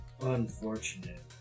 unfortunate